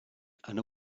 and